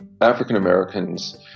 African-Americans